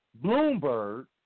Bloomberg